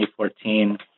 2014